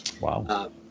Wow